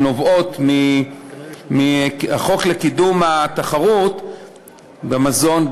שנובעות מהחוק לקידום התחרות בענף המזון,